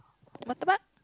murtabak